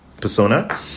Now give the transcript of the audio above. Persona